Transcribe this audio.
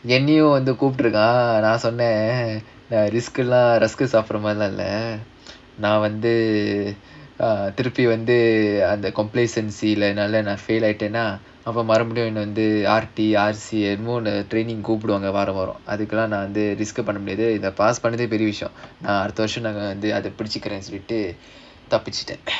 என்னையும் வந்து கூப்ட்ருக்கான் நான் சொன்னேன் நான் வந்து திருப்பி வந்து:ennaiyum vandhu kooptrukkaan naan sonnaen naan vandhu thiruppi vandhu complacency என்னால நான்:ennaala naan I feel like பண்ண முடியாது:panna mudiyaathu R_T_R_C past நான் அடுத்த வருஷம் புடிச்சிக்கிறேன்னு சொல்லிட்டு தப்பிச்சிட்டேன்:naan adutha varusham padichikkiraenu sollittu thappichittaen